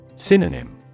Synonym